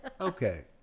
Okay